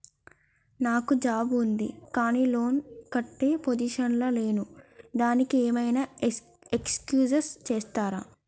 నాకు జాబ్ ఉంది కానీ నేను లోన్ కట్టే పొజిషన్ లా లేను దానికి ఏం ఐనా ఎక్స్క్యూజ్ చేస్తరా?